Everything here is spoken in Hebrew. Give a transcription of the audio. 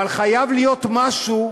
אבל חייב להיות משהו,